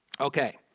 Okay